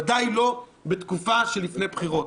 בוודאי לא בתקופה שלפני בחירות.